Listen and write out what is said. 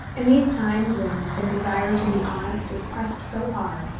in these times, when the desire to be honest is pressed so hard,